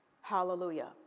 Hallelujah